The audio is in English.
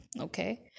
Okay